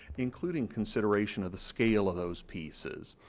including consideration of the scale of those pieces.